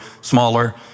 smaller